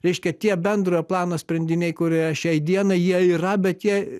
reiškia tie bendrojo plano sprendiniai kurie šiai dienai jie yra bet jie